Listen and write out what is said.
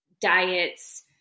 diets